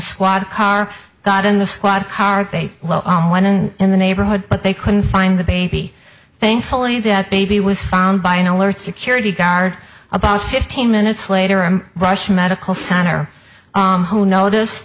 squad car they went in in the neighborhood but they couldn't find the baby thankfully that baby was found by an alert security guard about fifteen minutes later and rushed medical center who notice